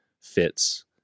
fits